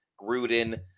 Gruden